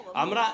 להיבחן,